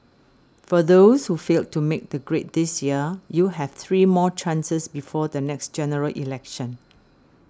for those who failed to make the grade this year you have three more chances before the next General Election